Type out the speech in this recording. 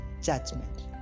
judgment